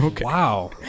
Wow